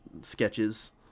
sketches